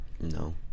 no